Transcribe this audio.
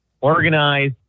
organize